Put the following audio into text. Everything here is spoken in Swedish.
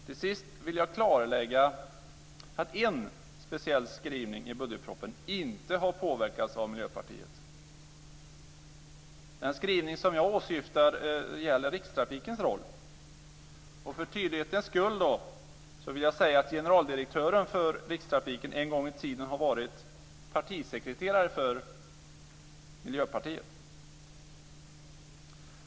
Till sist vill jag klarlägga att en speciell skrivning i budgetpropositionen inte har påverkats av Miljöpartiet. Den skrivning som jag åsyftar gäller Rikstrafikens roll. För tydlighetens skull vill jag säga att generaldirektören för Rikstrafiken en gång i tiden har varit partisekreterare för Miljöpartiet.